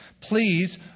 Please